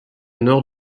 nord